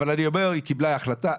אבל אני אומר, היא קיבלה החלטה.